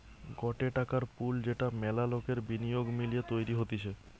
গটে টাকার পুল যেটা মেলা লোকের বিনিয়োগ মিলিয়ে তৈরী হতিছে